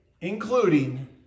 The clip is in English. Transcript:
including